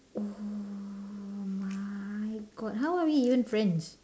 oh my god how are we even friends